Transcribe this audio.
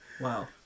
wow